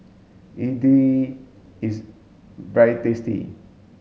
Idili is very tasty